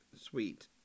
sweet